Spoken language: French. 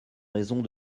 raisons